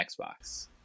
Xbox